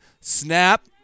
Snap